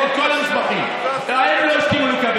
יש לי את כל המסמכים, שהם לא הסכימו לקבל.